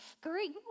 Great